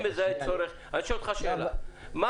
אני מזהה צורך אני שואל אותך שאלה: מה